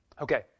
Okay